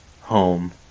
Home